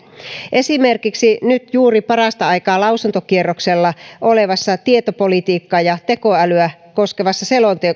esimerkiksi nyt juuri parasta aikaa lausuntokierroksella olevassa tietopolitiikkaa ja tekoälyä koskevassa